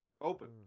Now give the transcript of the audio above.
Open